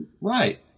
right